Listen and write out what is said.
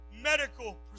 medical